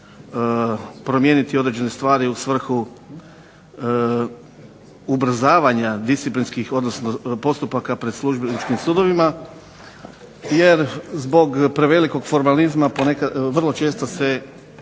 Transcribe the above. promijeniti određene stvari u svrhu ubrzavanja disciplinskih, odnosno postupaka pred Službeničkim sudovima. Jer zbog prevelikog formalizma vrlo često se